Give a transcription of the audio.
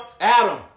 Adam